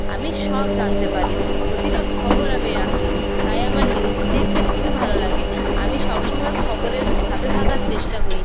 আমি সব জানতে পারি প্রতিটা খবর আমি রাখি তাই আমার নিউস দেখতে খুবই ভালো লাগে আমি সব সময় খবরের সাথে থাকার চেষ্টা করি